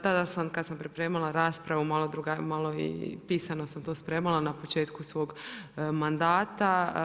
Tada sam kada sam pripremala raspravu, malo i pisano sam to spremala na početku svog mandata.